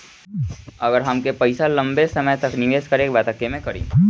अगर हमके पईसा लंबे समय तक निवेश करेके बा त केमें करों?